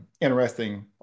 interesting